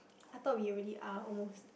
I thought we already are almost